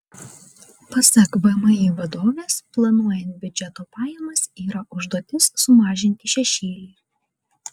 pasak vmi vadovės planuojant biudžeto pajamas yra užduotis sumažinti šešėlį